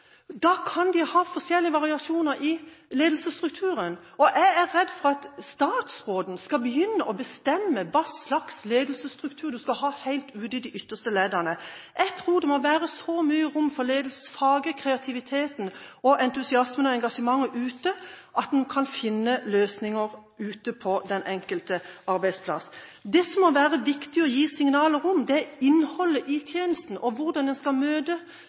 Da kan de ha forskjellige variasjoner i ledelsesstrukturen, men jeg er redd for at statsråden skal begynne å bestemme hva slags ledelsesstruktur en skal ha helt ut i de ytterste leddene. Jeg tror det må være så mye rom for ledelsesfaget, kreativiteten, entusiasmen og engasjementet ute at en kan finne løsninger på den enkelte arbeidsplass. Det det må være viktig å gi signaler om, er innholdet i tjenesten – hvordan en skal møte